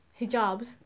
Hijabs